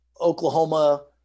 Oklahoma